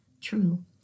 True